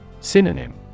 Synonym